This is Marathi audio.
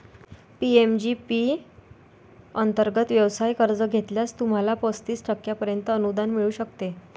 पी.एम.ई.जी पी अंतर्गत व्यवसाय कर्ज घेतल्यास, तुम्हाला पस्तीस टक्क्यांपर्यंत अनुदान मिळू शकते